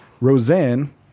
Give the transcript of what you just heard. Roseanne